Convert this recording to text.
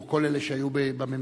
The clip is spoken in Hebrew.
או כל אלה שהיו בממשלות.